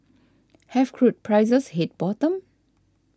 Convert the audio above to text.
have crude prices hit bottom